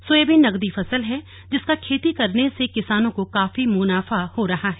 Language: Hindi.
सोयाबीन नगदी फसल है जिसकी खेती करने से किसानों को काफी मुनाफा हो रहा है